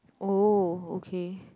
oh okay